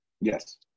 Yes